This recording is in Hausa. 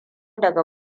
daga